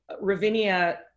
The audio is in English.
Ravinia